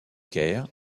caire